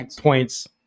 points